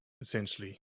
essentially